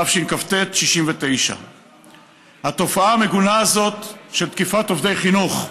התשכ"ט 1969. התופעה המגונה הזאת של תקיפה עובדי חינוך,